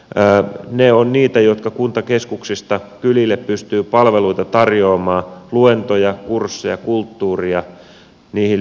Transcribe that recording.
ne ovat niitä jotka kuntakeskuksista kylille pystyvät palveluita tarjoamaan luentoja kursseja kulttuuria niihin liittyen musiikkia näytelmiä